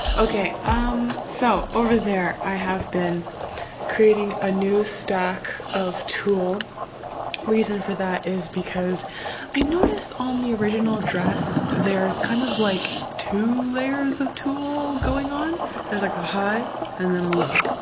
okay, um so over there i have been creating a new stack of tulle reason for that is because i noticed on the original dress there is kind of like two layers of tulle going on there's like a high and then a low